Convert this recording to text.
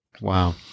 wow